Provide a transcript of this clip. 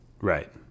Right